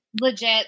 legit